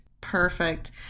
Perfect